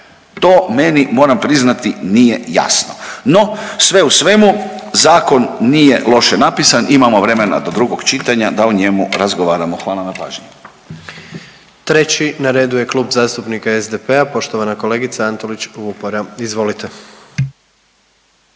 to meni moram priznati nije jasno. No sve u svemu zakon nije loše napisan, imamo vremena do drugog čitanja da o njemu razgovaramo, hvala na pažnji. **Jandroković, Gordan (HDZ)** 3. na redu je Klub zastupnika SDP-a poštovana kolegica Antolić Vupora, izvolite.